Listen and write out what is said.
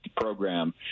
program